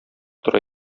тора